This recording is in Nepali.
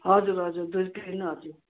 हजुर हजुर दुइटै होइन हजुर